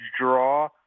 draw